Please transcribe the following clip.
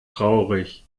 traurig